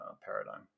paradigm